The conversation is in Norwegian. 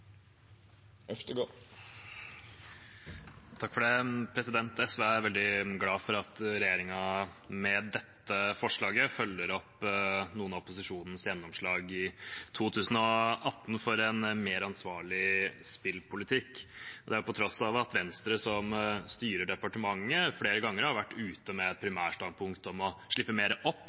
SV er veldig glad for at regjeringen med dette forslaget følger opp noen av opposisjonens gjennomslag i 2018 for en mer ansvarlig spillpolitikk. Det er på tross av at Venstre, som styrer departementet, flere ganger har vært ute med et primærstandpunkt om å slippe mer opp